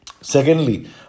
Secondly